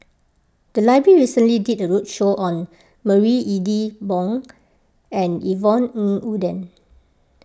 the library recently did a roadshow on Marie Ethel Bong and Yvonne Ng Uhde